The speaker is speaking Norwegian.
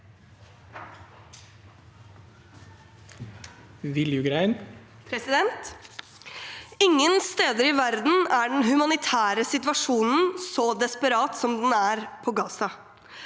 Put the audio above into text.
Ingen steder i verden er den humanitære situasjonen så desperat som den er i Gaza.